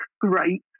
great